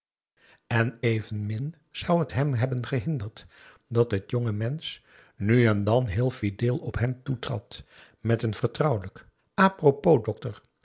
en evenmin zou het hem hebben gehinderd dat t jonge mensch nu en dan heel fideel op hem toetrad met een vertrouwelijk